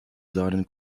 seinen